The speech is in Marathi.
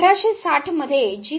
1860 मध्ये जी